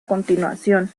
continuación